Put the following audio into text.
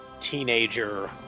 teenager